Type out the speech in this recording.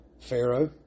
Pharaoh